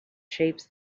shapes